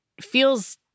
feels